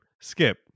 Skip